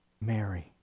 Mary